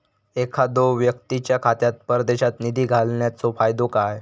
एखादो व्यक्तीच्या खात्यात परदेशात निधी घालन्याचो फायदो काय?